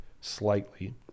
slightly